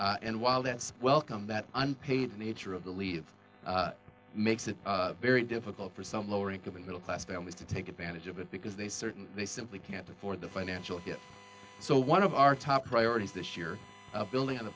needed and while that's welcome that unpaid nature of the leave makes it very difficult for some lower income and middle class families to take advantage of it because they certain they simply can't afford the financial hit so one of our top priorities this year building on the